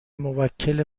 موکل